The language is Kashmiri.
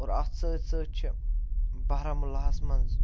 اور اَتھ سۭتۍ سۭتۍ چھِ بارہمُلہ ہس منٛز